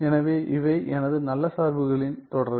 எனவே இவை எனது நல்ல சார்புகளின் தொடர்கள்